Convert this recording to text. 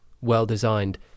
well-designed